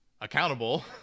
accountable